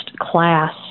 class